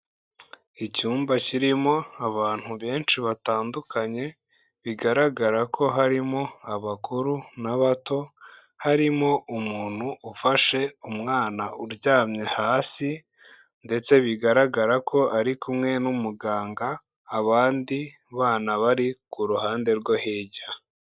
Icyumba kirimo abantu benshi batandukanye bigaragara ko harimo abakuru n'abato, harimo umuntu ufashe umwana uryamye hasi ndetse bigaragara ko ari kumwe n'umuganga, abandi bana bari ku ruhande rwo hirya.